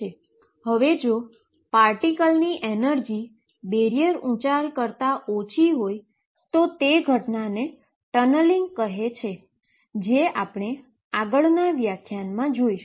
હવે જો પાર્ટીકલની એનર્જી બેરીઅરની ઉંચાઈ કરતાં ઓછી હોય તો તે ઘટનાને ટનલીંગ કહે છે જે આપણે આગળના વ્યાખ્યાનમાં જોઈશું